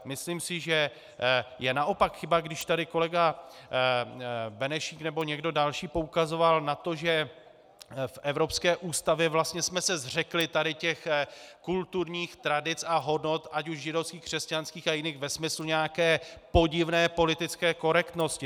Myslím si, že je naopak chyba, když tady kolega Benešík nebo někdo další poukazoval na to, že v evropské ústavě jsme se zřekli těchto kulturních tradic a hodnot, ať už židovských, křesťanských a jiných ve smyslu nějaké podivné politické korektnosti.